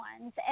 ones